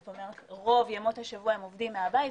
זאת אומרת רוב ימות השבוע הם עובדים מהבית.